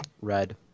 Red